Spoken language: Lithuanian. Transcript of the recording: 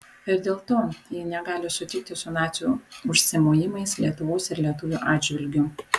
ir dėl to ji negali sutikti su nacių užsimojimais lietuvos ir lietuvių atžvilgiu